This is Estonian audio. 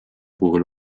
puhul